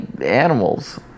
animals